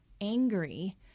angry